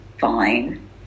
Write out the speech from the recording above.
fine